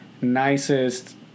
nicest